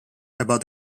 above